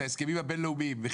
זה ההסכמים הבין-לאומיים.